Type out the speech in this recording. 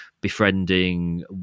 befriending